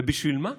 ובשביל מה?